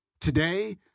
Today